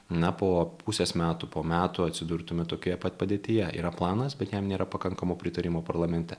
na po pusės metų po metų atsidurtume tokioje pat padėtyje yra planas bet jam nėra pakankamo pritarimo parlamente